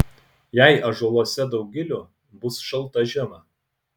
jei ąžuoluose daug gilių bus šalta žiema